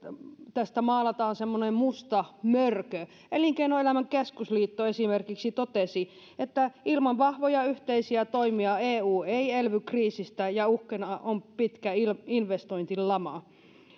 kuin maalataan semmoinen musta mörkö elinkeinoelämän keskusliitto esimerkiksi totesi että ilman vahvoja yhteisiä toimia eu ei elvy kriisistä ja uhkana on pitkä investointilama